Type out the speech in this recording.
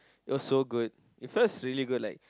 it was so good it felt really good like